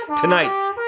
Tonight